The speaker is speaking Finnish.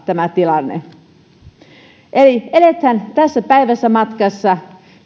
tämä tilanne eli eletään tässä päivässä matkassa